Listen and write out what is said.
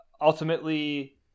ultimately